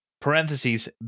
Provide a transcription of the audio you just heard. parentheses